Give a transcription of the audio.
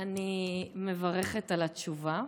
אני מברכת על התשובה,